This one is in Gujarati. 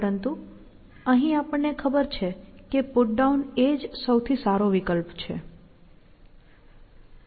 પરંતુ અહીં આપણને ખબર છે કે PutDown જ સૌથી સારો વિકલ્પ છે